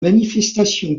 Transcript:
manifestation